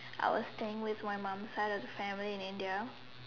I was staying with my mom's side of the family in India